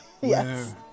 Yes